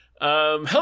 Hello